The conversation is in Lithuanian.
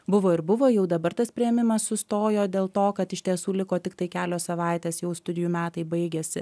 buvo ir buvo jau dabar tas priėmimas sustojo dėl to kad iš tiesų liko tiktai kelios savaitės jau studijų metai baigėsi